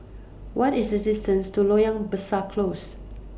What IS The distance to Loyang Besar Close